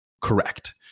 correct